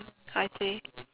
I see